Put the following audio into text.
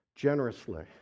generously